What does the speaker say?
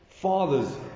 Father's